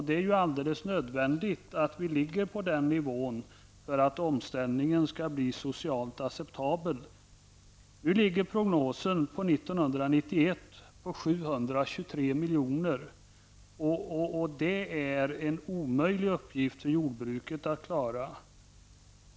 Det är nödvändigt att vi ligger på den nivån för att omställningen skall bli socialt acceptabel. Prognosen för 1991 är 723 miljoner. Det är en omöjlig uppgift för jordbruket att klara detta.